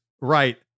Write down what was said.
right